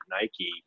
Nike